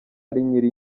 nyiri